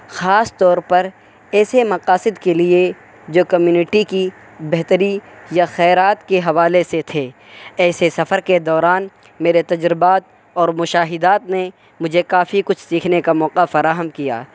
خاص طور پر ایسے مقاصد کے لیے جو کمیونٹی کی بہتری یا خیرات کے حوالے سے تھے ایسے سفر کے دوران میرے تجربات اور مشاہدات نے مجھے کافی کچھ سیکھنے کا موقع فراہم کیا